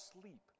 sleep